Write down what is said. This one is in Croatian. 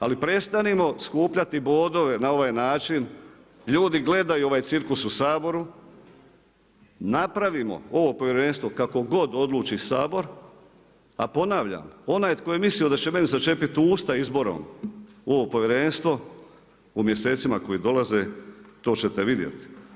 Ali prestanimo skupljati bodove na ovaj način, ljudi gledaju ovaj cirkus u Saboru, napravimo ovo povjerenstvo kako god odluči Sabor a ponavljam onaj koji je mislio da će meni začepiti usta izborom u ovom povjerenstvo u mjesecima koji dolaze to ćete vidjeti.